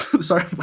Sorry